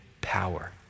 power